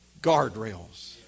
guardrails